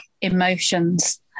emotions